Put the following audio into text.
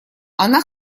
она